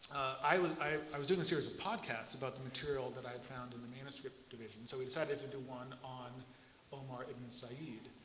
i was i was doing a series of podcasts about the material that i found in the manuscript division, so we decided to do one on omar ibn said.